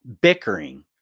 bickering